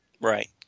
Right